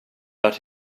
but